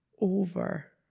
over